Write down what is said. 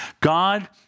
God